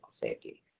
safety